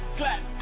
clap